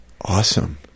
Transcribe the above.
awesome